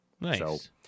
Nice